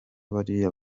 bariya